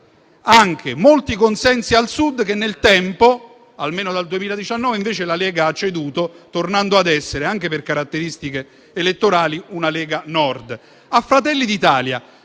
anche molti consensi al Sud che invece nel tempo, almeno dal 2019, la Lega ha ceduto, tornando ad essere, anche per caratteristiche elettorali, una Lega Nord.